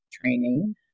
training